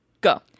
go